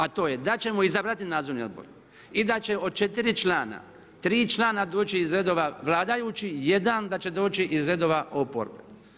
A to je da ćemo izabrati nadzorni odbor i da će od 4 člana, 3 člana doći iz redova vladajućih, jedan da će doći iz redova oporbe.